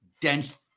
dense